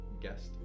guest